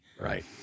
Right